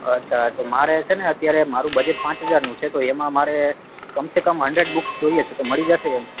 અચ્છા તો મારે છે ને અત્યારે મારું બજેટ પાંચ હજારનું છે તો એમાં મારે કમ સે કમ હન્ડ્રેડ બુક્સ જોઈએ છે તો મળી જશે એમ